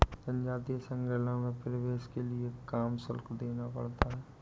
जनजातीय संग्रहालयों में प्रवेश के लिए काम शुल्क देना पड़ता है